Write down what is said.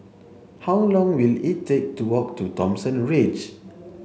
how long will it take to walk to Thomson Ridge